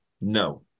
no